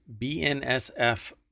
BNSF